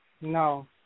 No